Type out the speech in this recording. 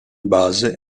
base